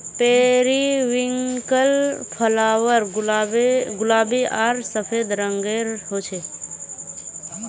periwinkle flower गुलाबी आर सफ़ेद रंगेर होचे